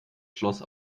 schloss